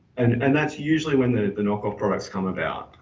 and that's usually when the knockoff products come about.